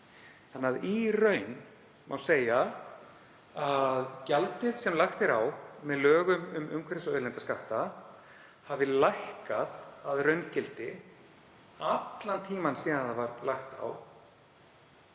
Þannig að í raun má segja að gjaldið sem lagt er á með lögum um umhverfis- og auðlindaskatta hafi lækkað að raungildi allan tímann síðan það var lagt á,